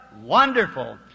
wonderful